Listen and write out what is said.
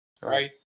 right